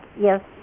yes